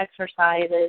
exercises